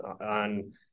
on